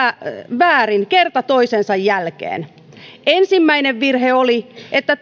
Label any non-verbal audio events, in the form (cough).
väärin kerta toisensa jälkeen ensimmäinen virhe oli että (unintelligible)